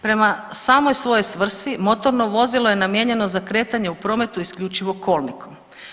Prema samom svojoj svrsi motorno vozilo je namijenjeno za kretanje u prometu isključivo kolnikom.